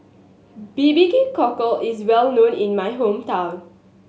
B B Q Cockle is well known in my hometown